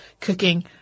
cooking